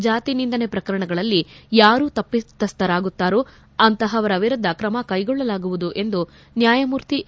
ಜಾತಿ ನಿಂದನೆ ಪ್ರಕರಣಗಳಲ್ಲಿ ಯಾರು ತಪ್ಪತಸ್ವರಿರುತ್ತಾರೋ ಅಂತಹವರ ವಿರುದ್ದ ಕ್ರಮಕೈಗೊಳ್ಳಲಾಗುವುದು ಎಂದು ನ್ಯಾಯಮೂರ್ತಿ ಎ